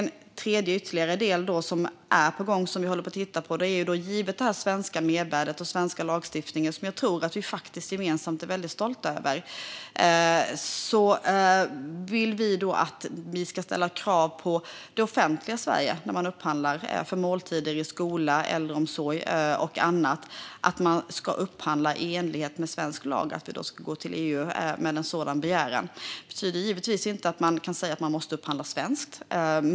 En ytterligare del som är på gång och som vi håller på att titta på är att givet det svenska mervärdet och den svenska lagstiftningen, som jag tror att vi gemensamt är stolta över, vill vi ställa krav på det offentliga Sverige. Det handlar om upphandlingar av måltider i skola, äldreomsorg och annat och att man då ska upphandla i enlighet med svensk lag. Vi vill alltså gå till EU med en sådan begäran. Det betyder givetvis inte att man kan säga att man måste upphandla svenskt.